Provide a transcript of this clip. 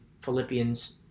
Philippians